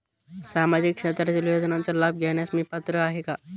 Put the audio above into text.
सामाजिक क्षेत्रातील योजनांचा लाभ घेण्यास मी पात्र आहे का?